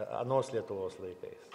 anos lietuvos laikais